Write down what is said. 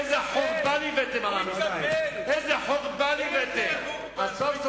איזה חורבן הבאתם עלינו, הוא התקפל,